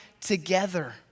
together